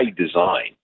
design